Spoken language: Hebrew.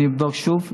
אני אבדוק שוב.